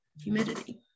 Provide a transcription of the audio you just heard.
humidity